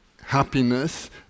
happiness